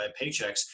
paychecks